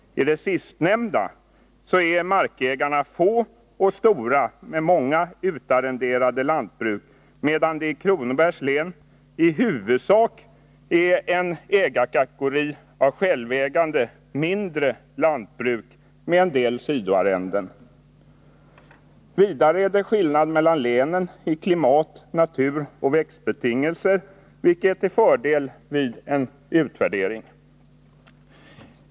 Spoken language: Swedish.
I det sistnämnda området är markägarna få och stora med många utarrenderade lantbruk, medan det i Kronobergs län i huvudsak är en ägarkategori bestående av självägande mindre lantbrukare med en del sidoarrenden. Vidare är det skillnad mellan länen i fråga om klimat-, naturoch växtbetingelser, vilket är till fördel vid en utvärdering.